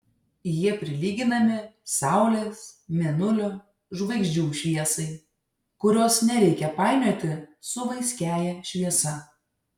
jie prilyginami saulės mėnulio žvaigždžių šviesai kurios nereikia painioti su vaiskiąja šviesa